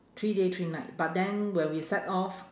three day three night but then when we set off